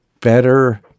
better